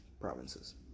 provinces